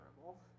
terrible